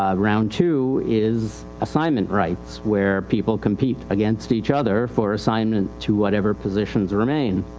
ah round two is assignment rights. where people compete against each other for assignment to whatever positions remain.